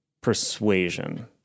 Persuasion